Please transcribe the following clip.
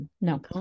No